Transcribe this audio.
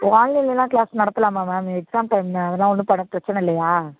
ஆன்லைன்லலாம் class நடத்தலாமா ma'am exam time அதெல்லாம் ஒன்னும் பண்ணால் பிரச்சனை இல்லையா